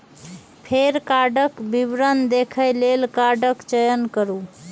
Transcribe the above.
फेर कार्डक विवरण देखै लेल कार्डक चयन करू